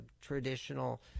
traditional